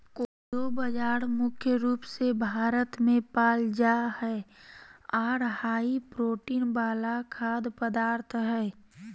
कोदो बाजरा मुख्य रूप से भारत मे पाल जा हय आर हाई प्रोटीन वाला खाद्य पदार्थ हय